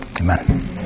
Amen